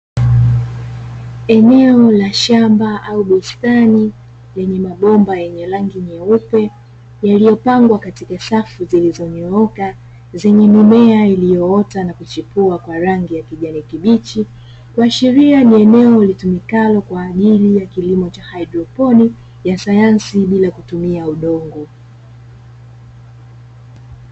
Eneo la shamba au bustani lenye mabomba yenye rangi nyeupe, yaliyopangwa katika safu zilizonyooka zenye mimea iliyoota na kuchipua kwa rangi ya kijani kibichi, kuashiria ni eneo litumikalo kwa ajili ya kilimo cha haidroponi ya sayansi bila kutumia udongo.